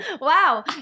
Wow